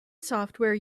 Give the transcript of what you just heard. software